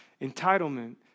entitlement